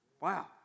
Wow